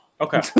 Okay